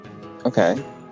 okay